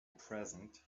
present